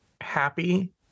happy